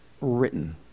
written